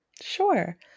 Sure